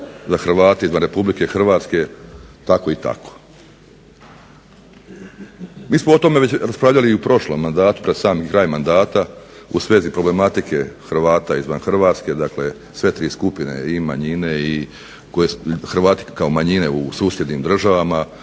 Hrvate izvan RH tako i tako. Mi smo o tome već raspravljali i u prošlom mandatu pred sam kraj mandata u svezi problematike Hrvata izvan Hrvatske dakle sve tri skupine i manjine, Hrvati kao manjine u susjednim državama